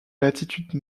latitude